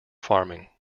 farming